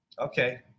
Okay